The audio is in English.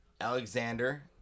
alexander